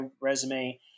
resume